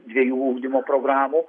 dviejų ugdymo programų